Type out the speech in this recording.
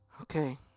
Okay